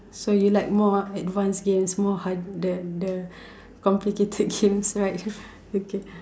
so you like more advanced games more hard the the complicated games right okay